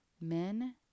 men